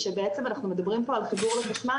זה שבעצם אנחנו מדברים פה על חיבור לחשמל